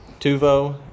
Tuvo